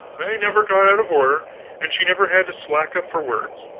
they never got out of order and she never had to slack up for words.